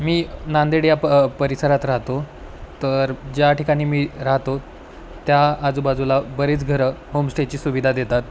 मी नांदेड या प परिसरात राहतो तर ज्या ठिकाणी मी राहतो त्या आजूबाजूला बरीेच घरं होमस्टेची सुविधा देतात